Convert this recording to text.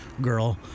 girl